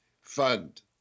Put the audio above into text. fund